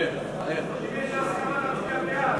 אם יש הסכמה נצביע בעד,